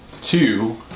two